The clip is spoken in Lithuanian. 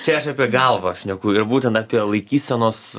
čia aš apie galvą šneku ir būten apie laikysenos